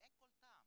אין כל טעם.